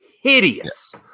Hideous